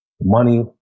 money